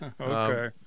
Okay